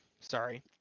sorry